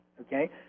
okay